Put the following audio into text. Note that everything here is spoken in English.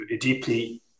deeply